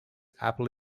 apple